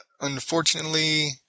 unfortunately